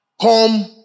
Come